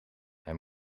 hij